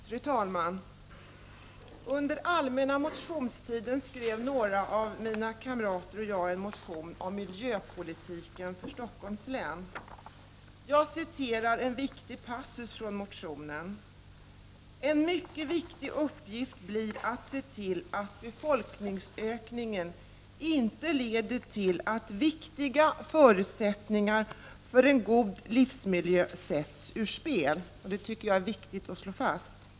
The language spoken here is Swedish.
Fru talman! Under allmänna motionstiden skrev några av mina kamrater och jag en motion om miljöpolitik för Stockholms län. Jag citerar en viktig passus från motionen: ”En mycket viktig uppgift blir att se till att befolkningsökningen inte leder till att viktiga förutsättningar för en god livsmiljö sätts ur spel.” Det tycker jag är viktigt att slå fast.